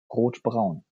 rotbraun